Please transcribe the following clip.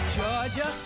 Georgia